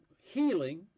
healing